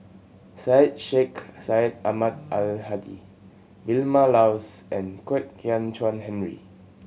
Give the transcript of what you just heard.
Syed Sheikh Syed Ahmad Al Hadi Vilma Laus and Kwek Hian Chuan Henry